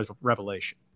revelation